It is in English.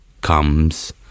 comes